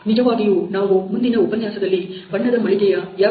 ನಿಜವಾಗಿಯೂ ನಾವು ಮುಂದಿನ ಉಪನ್ಯಾಸದಲ್ಲಿ ಬಣ್ಣದ ಮಳಿಗೆಯ FMEA